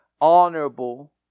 honorable